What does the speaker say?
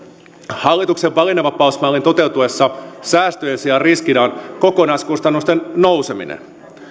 hallituksen valinnanvapausmallin toteutuessa säästöjen sijaan riskinä on kokonaiskustannusten nouseminen